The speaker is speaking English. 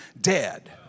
dead